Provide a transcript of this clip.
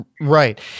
Right